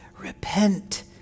repent